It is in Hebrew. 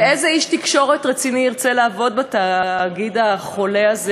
ואיזה איש תקשורת רציני ירצה לעבוד בתאגיד החולה הזה,